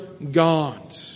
God